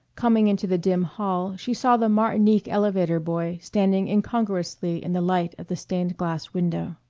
coming into the dim hall she saw the martinique elevator boy standing incongruously in the light of the stained-glass window.